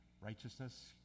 righteousness